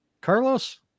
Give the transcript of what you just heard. Carlos